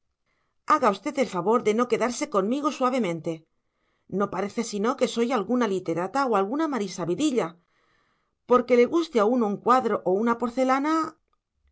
haga usted el favor de no quedarse conmigo suavemente no parece sino que soy alguna literata o alguna marisabidilla porque le guste a uno un cuadro o una porcelana